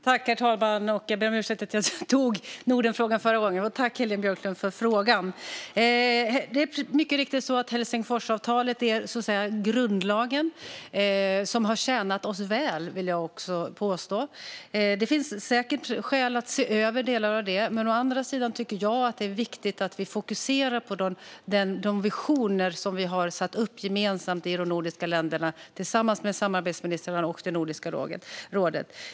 Herr talman! Jag ber om ursäkt för att jag tog Nordenfrågan förra gången! Jag tackar också Heléne Björklund för frågan. Det är mycket riktigt så att Helsingforsavtalet är grundlagen, och jag vill påstå att det har tjänat oss väl. Det finns säkert skäl att se över delar av det. Jag tycker dock att det är viktigt att vi fokuserar på de visioner som vi har satt upp gemensamt i de nordiska länderna med samarbetsministrarna och Nordiska rådet.